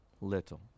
little